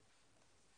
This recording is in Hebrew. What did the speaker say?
בסדר.